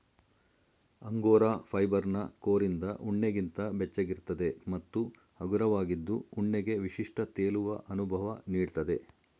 angora ಫೈಬರ್ನ ಕೋರಿಂದ ಉಣ್ಣೆಗಿಂತ ಬೆಚ್ಚಗಿರ್ತದೆ ಮತ್ತು ಹಗುರವಾಗಿದ್ದು ಉಣ್ಣೆಗೆ ವಿಶಿಷ್ಟ ತೇಲುವ ಅನುಭವ ನೀಡ್ತದೆ